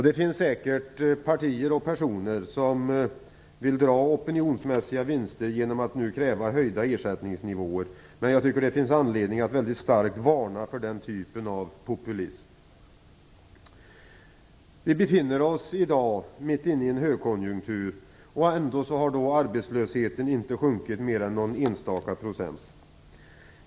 Det finns säkert partier och personer som vill uppnå opinionsmässiga vinster genom att kräva höjda ersättningsnivåer, men jag tycker att det finns anledning att väldigt starkt varna för den typen av populism. Vi befinner oss i dag mitt inne i en högkonjunktur, och ändå har arbetslösheten inte sjunkit mer än någon enstaka procent.